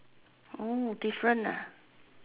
oh different ah